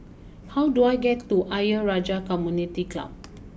how do I get to Ayer Rajah Community Club